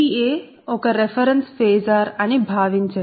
Va ఒక reference phasor అని భావించండి